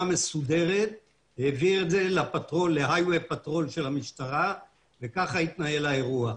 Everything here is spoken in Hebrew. מסודרת העביר את זה לפטרול של המשטרה וכך התנהל האירוע.